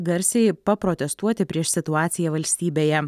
garsiai paprotestuoti prieš situaciją valstybėje